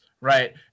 Right